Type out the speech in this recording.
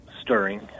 stirring